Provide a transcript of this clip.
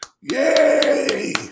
yay